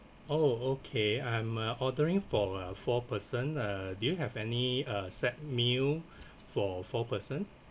oh okay I'm uh ordering for uh four person uh do you have any uh set meal for four person